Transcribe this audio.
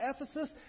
Ephesus